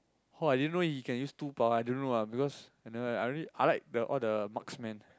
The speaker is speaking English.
oh I didn't he can use two power I don't know ah because I never I really I like the all the marksman